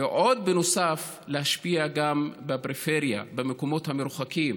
ובנוסף, להשפיע בפריפריה, במקומות המרוחקים.